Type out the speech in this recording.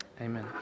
Amen